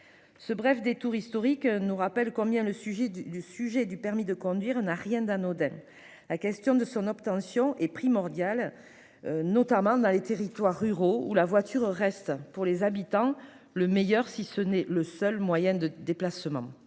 Ce bref détour historique nous rappelle combien le sujet du permis de conduire n'a rien d'anodin. La question de son obtention est primordiale, notamment dans les territoires ruraux, où la voiture reste pour les habitants le meilleur, si ce n'est le seul, moyen de déplacement.